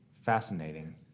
fascinating